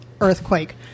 earthquake